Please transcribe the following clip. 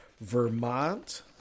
Vermont